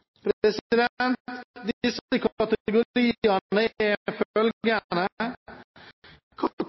president. Det er